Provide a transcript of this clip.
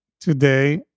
today